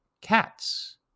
Cats